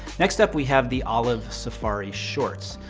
next up we have the olive safari shorts.